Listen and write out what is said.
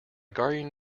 guardian